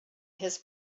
his